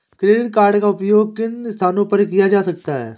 Credit card का उपयोग किन स्थानों पर किया जा सकता है?